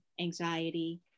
anxiety